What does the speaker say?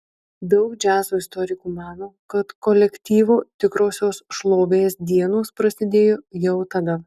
daug džiazo istorikų mano kad kolektyvo tikrosios šlovės dienos prasidėjo jau tada